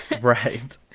Right